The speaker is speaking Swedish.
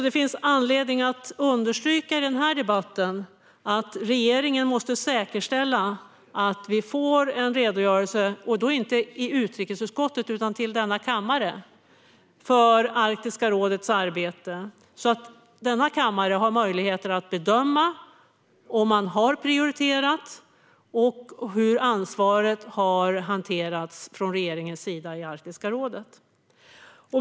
Det finns anledning att understryka i den här debatten att regeringen måste säkerställa att vi får en redogörelse för Arktiska rådets arbete, men inte till utrikesutskottet utan till denna kammare, så att denna kammare har möjligheter att bedöma hur man har prioriterat och hur ansvaret har hanterats från regeringens sida i Arktiska rådet.